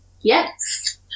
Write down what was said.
Yes